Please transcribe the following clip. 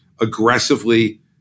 aggressively